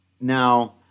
Now